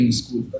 school